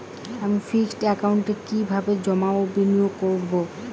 আমি ফিক্সড একাউন্টে কি কিভাবে জমা ও বিনিয়োগ করব?